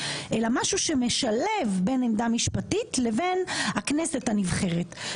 אלא משהו שמשלב בין עמדה משפטית לבין הכנסת הנבחרת.